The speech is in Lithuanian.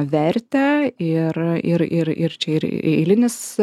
vertę ir ir ir ir ir čia ir eilinis